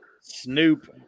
Snoop